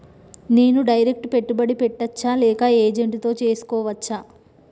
నేను డైరెక్ట్ పెట్టుబడి పెట్టచ్చా లేక ఏజెంట్ తో చేస్కోవచ్చా?